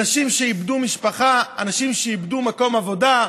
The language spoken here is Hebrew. אנשים שאיבדו משפחה, אנשים שאיבדו מקום עבודה,